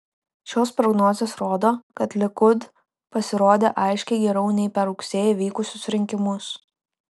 šios prognozės rodo kad likud pasirodė aiškiai geriau nei per rugsėjį vykusius rinkimus